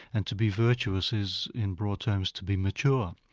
and to be virtuous is, in broad terms, to be mature.